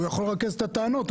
הוא יכול לרכז את הטענות.